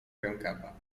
rękawa